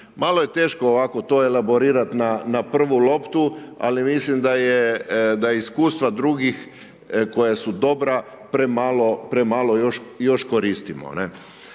Malo je teško ovako to elaborirati na prvu loptu, ali mislim da je, da iskustva drugih koja su dobra, premalo još koristimo,